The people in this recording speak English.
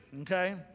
Okay